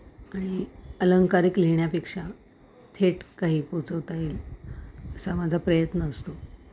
आणि अलंंकारिक लिहिण्यापेक्षा थेट काही पोचवता येईल असा माझा प्रयत्न असतो